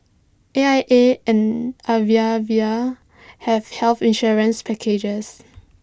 A I A and Aviva have health insurance packages